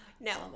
no